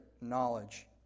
knowledge